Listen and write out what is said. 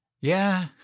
Yeah